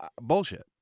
Bullshit